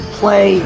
play